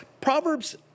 Proverbs